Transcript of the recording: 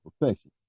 perfection